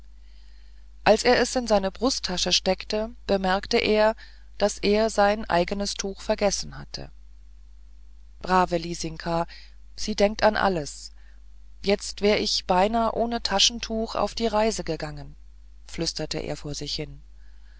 als er es in seine brusttasche steckte bemerkte er daß er sein eigenes tuch vergessen hatte brave lisinka sie denkt an alles jetzt wär ich beinahe ohne taschentuch auf die reise gegangen flüsterte er vor sich hin